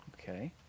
Okay